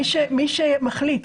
מי שמחליט.